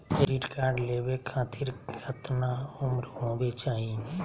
Credit card लेवे खातीर कतना उम्र होवे चाही?